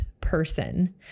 person